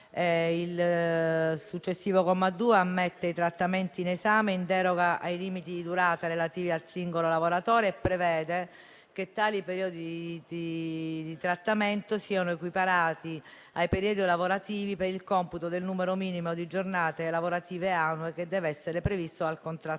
Il successivo comma 2 ammette i trattamenti in esame in deroga ai limiti di durata relativi al singolo lavoratore e prevede che tali periodi di trattamento siano equiparati ai periodi lavorativi per il computo del numero minimo di giornate lavorative annue che deve essere previsto dal contratto